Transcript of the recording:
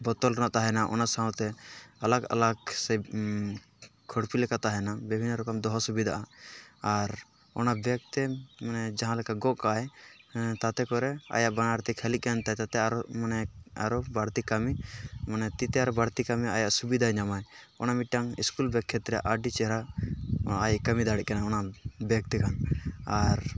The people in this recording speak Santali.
ᱵᱳᱛᱳᱞ ᱨᱮᱱᱟᱜ ᱛᱟᱦᱮᱱᱟ ᱚᱱᱟ ᱥᱟᱶᱛᱮ ᱟᱞᱟᱜᱽ ᱟᱞᱟᱜᱽ ᱛᱮ ᱥᱮ ᱠᱷᱚᱲᱯᱤ ᱞᱮᱠᱟ ᱛᱟᱦᱮᱱᱟ ᱵᱤᱵᱷᱤᱸᱱᱱᱚ ᱨᱚᱠᱚᱢ ᱫᱚᱦᱚ ᱥᱩᱵᱤᱫᱟᱜᱼᱟ ᱟᱨ ᱚᱱᱟᱵᱮᱜᱽ ᱛᱮ ᱢᱟᱱᱮ ᱡᱟᱦᱟᱸᱞᱮᱠᱟ ᱜᱚᱜ ᱠᱟᱜ ᱟᱭ ᱦᱮᱸ ᱛᱟᱛᱮ ᱠᱚᱨᱮ ᱟᱭᱟᱜ ᱵᱟᱱᱟᱨ ᱛᱤ ᱠᱷᱟᱹᱞᱤᱜ ᱠᱟᱱᱛᱟᱭ ᱛᱮ ᱟᱨᱦᱚᱸ ᱢᱟᱱᱮ ᱟᱨᱚ ᱵᱟᱹᱲᱛᱤ ᱠᱟᱹᱢᱤ ᱢᱟᱱᱮ ᱛᱤᱛᱮ ᱵᱟᱲᱛᱤ ᱠᱟᱹᱢᱤ ᱟᱭᱟᱜ ᱥᱩᱵᱤᱫᱟᱭ ᱧᱟᱢᱟᱭ ᱚᱱᱟ ᱢᱤᱫᱴᱟᱝ ᱥᱠᱩᱞ ᱵᱮᱜᱽ ᱠᱷᱮᱛᱨᱮ ᱟᱹᱰᱤ ᱪᱮᱦᱨᱟ ᱟᱡ ᱮ ᱠᱟᱹᱢᱤ ᱫᱟᱲᱮᱭᱟᱜ ᱠᱟᱱᱟ ᱚᱱᱟ ᱵᱮᱜᱽ ᱛᱮᱠᱷᱟᱱ ᱟᱨ